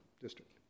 district